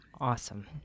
Awesome